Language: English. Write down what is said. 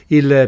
il